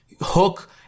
hook